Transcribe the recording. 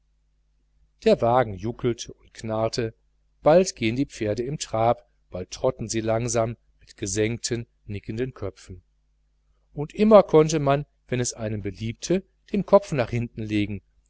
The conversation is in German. der wagen juckelte und knarrte bald gehen die pferde im trab bald trotten sie langsam mit gesenkten nickenden köpfen und immer konnte man wenn es einem beliebte den kopf nach hinten legen